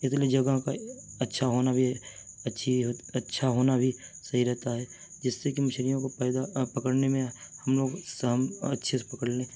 اتنی جگہوں کا اچھا ہونا بھی ہے اچھی اچھا ہونا بھی صحیح رہتا ہے جس سے کہ مچھلیوں کو پیدا پکڑنے میں ہم لوگ سا ہم اچھے سے پکڑ لیں